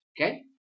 Okay